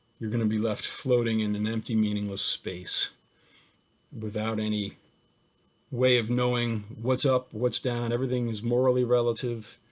you're going to be left floating in an empty, meaningless space without any way of knowing what's up, what's down, everything is morally relative,